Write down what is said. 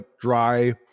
dry